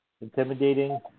intimidating